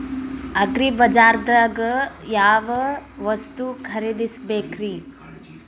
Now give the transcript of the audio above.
ಅಗ್ರಿಬಜಾರ್ದಾಗ್ ಯಾವ ವಸ್ತು ಖರೇದಿಸಬೇಕ್ರಿ?